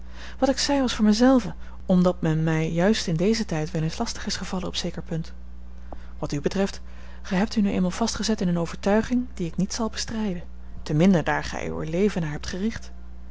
wat ik zeide was voor mij zelven omdat men mij juist in dezen tijd wel eens lastig is gevallen op zeker punt wat u betreft gij hebt u nu eenmaal vastgezet in eene overtuiging die ik niet zal bestrijden te minder daar gij er uw leven naar hebt gericht